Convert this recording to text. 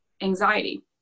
anxiety